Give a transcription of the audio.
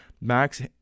Max